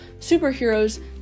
superheroes